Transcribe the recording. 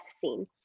scene